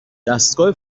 دستگاه